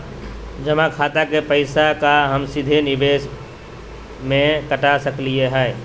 जमा खाता के पैसा का हम सीधे निवेस में कटा सकली हई?